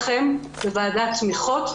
בוועדת תמיכות.